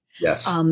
Yes